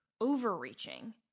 overreaching